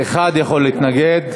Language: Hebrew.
אחד יכול להתנגד.